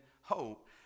hope